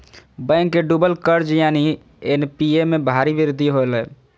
bank के डूबल कर्ज यानि एन.पी.ए में भारी वृद्धि होलय